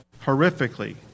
horrifically